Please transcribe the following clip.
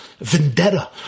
vendetta